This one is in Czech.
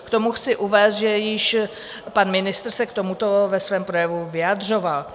K tomu chci uvést, že již pan ministr se k tomuto ve svém projevu vyjadřoval.